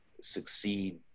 succeed